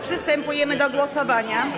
Przystępujemy do głosowania.